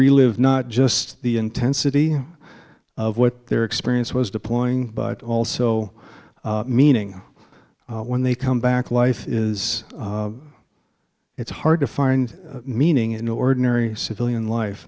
relive not just the intensity of what their experience was deploying but also meaning when they come back life is it's hard to find meaning in ordinary civilian life